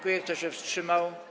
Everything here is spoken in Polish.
Kto się wstrzymał?